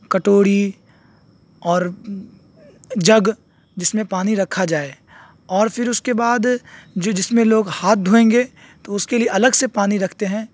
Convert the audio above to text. کٹوری اور جگ جس میں پانی رکھا جائے اور پھر اس کے بعد جو جس میں لوگ ہاتھ دھوئیں گے تو اس کے لیے الگ سے پانی رکھتے ہیں